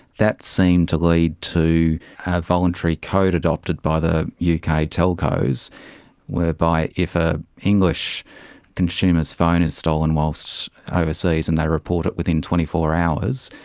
that seemed to lead to a voluntary code adopted by the uk yeah kind of telcos whereby if an english consumer's phone is stolen whilst overseas and they report it within twenty four hours,